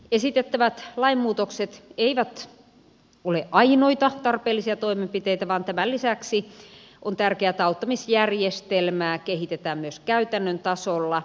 esitettävät lainmuutokset eivät ole ainoita tarpeellisia toimenpiteitä vaan tämän lisäksi on tärkeätä että auttamisjärjestelmää kehitetään myös käytännön tasolla